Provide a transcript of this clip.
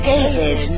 David